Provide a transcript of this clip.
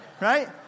right